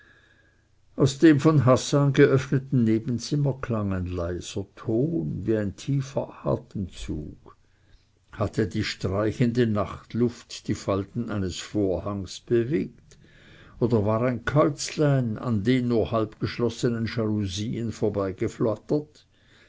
aus dem von hassan geöffneten nebenzimmer klang ein leiser ton wie ein tiefer atemzug hatte die streichende nachtluft die falten eines vorhanges bewegt oder war ein käuzlein an den nur halb geschlossenen